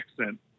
accent